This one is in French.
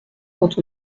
quand